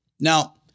Now